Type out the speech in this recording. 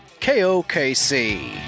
KOKC